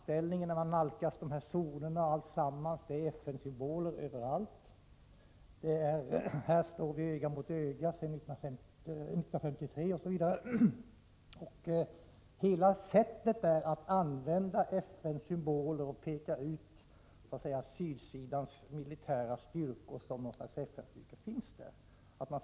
Hela bilden när man nalkas zonen präglas av FN-symboler överallt; här står vi öga mot öga sedan 1953, osv. Sättet att peka ut sydsidans militära styrkor som något slags FN-styrkor finns där hela tiden.